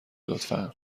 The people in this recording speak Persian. لطفا